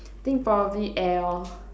I think probably air lor